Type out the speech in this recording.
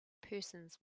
persons